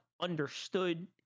understood